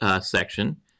Section